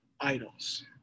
idols